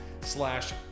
slash